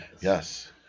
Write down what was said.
Yes